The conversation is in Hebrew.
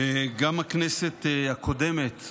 גם הכנסת הקודמת,